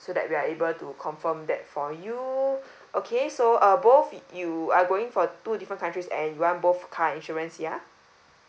so that we are able to confirm that for you okay so uh both y~ you are going for two different countries and you want both car insurance ya